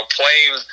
playing